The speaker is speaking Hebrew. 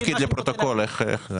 רק רציתי להגיד